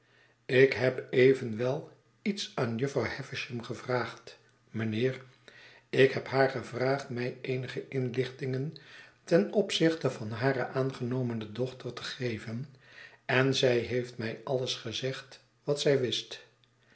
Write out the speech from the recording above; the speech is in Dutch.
ik heb evenwel iets aan jufvrouw havisham gevraagd mijnheer ik heb haar gevraagd my eenige inlichtingen ten opzichte van hare aangenomene dochter te geven en zij heeft mij alles gezegd wat zij wist